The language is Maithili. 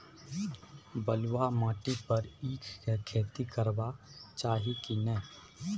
बलुआ माटी पर ईख के खेती करबा चाही की नय?